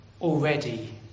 already